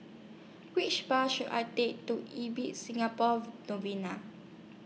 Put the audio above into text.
Which Bus should I Take to Ibis Singapore Novena